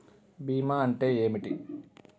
బీమా అంటే ఏమిటి?